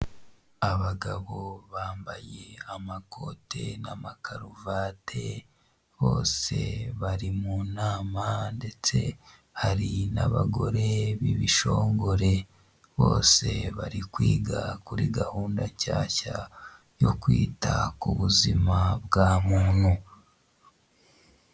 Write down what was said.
Abagabo bambaye amakote n'amakaruvate bose bari mu nama, ndetse hari n'abagore b'ibishongore, bose bari kwiga kuri gahunda nshyashya yo kwita ku buzima bwa muntu.